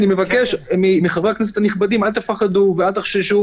אני מבקש מחברי הכנסת הנכבדים: אל תפחדו ואל תחששו.